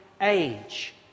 age